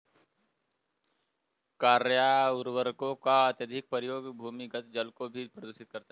क्या उर्वरकों का अत्यधिक प्रयोग भूमिगत जल को भी प्रदूषित करता है?